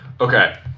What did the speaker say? Okay